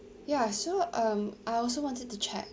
ya so um I also wanted to check